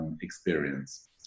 experience